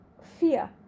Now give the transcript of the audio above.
fear